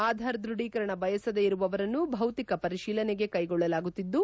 ಆಧಾರ್ ದೃಢೀಕರಣ ಬಯಸದೇ ಇರುವವರನ್ನು ಭೌತಿಕ ಪರಿಶೀಲನೆಗೆ ಕ್ಕೆಗೊಳ್ಳಲಾಗುತ್ತಿದ್ದು